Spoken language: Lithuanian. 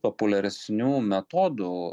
populiaresnių metodų